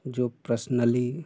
जो पर्सनली